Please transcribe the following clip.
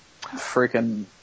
freaking